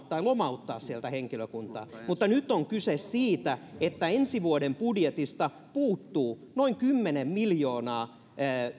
tai lomauttaa sieltä henkilökuntaa mutta nyt on kyse siitä että ensi vuoden budjetista puuttuu noin kymmenen miljoonaa